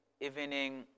evening